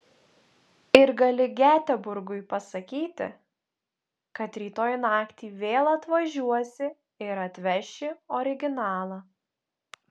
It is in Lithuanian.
ir gali geteborgui pasakyti kad rytoj naktį vėl atvažiuosi ir atveši originalą